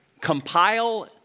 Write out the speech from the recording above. Compile